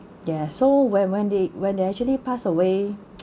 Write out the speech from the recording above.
ya so when when they when they actually pass away